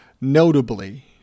notably